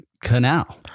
canal